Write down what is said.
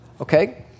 okay